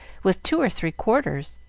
with two or three quarters.